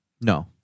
No